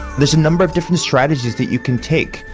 there's a number of different strategies that you can take,